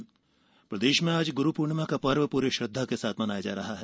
गुरू पूर्णिमा प्रदेश में आज गुरू पूर्णिमा का पर्व श्रद्धा के साथ मनाया जा रहा है